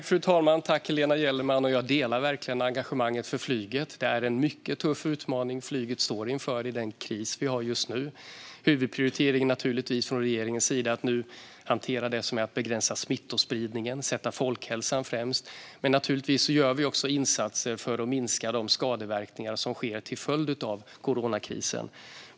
Fru talman! Tack, Helena Gellerman! Jag delar verkligen engagemanget för flyget. Det är en mycket tuff utmaning som flyget står inför i och med den kris som vi har just nu. Regeringens huvudprioritering nu är givetvis att hantera smittspridningen och sätta folkhälsan främst. Men vi gör också insatser för att minska skadeverkningarna till följd av coronakrisen.